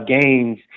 gains